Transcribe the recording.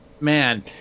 Man